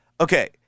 Okay